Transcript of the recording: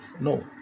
no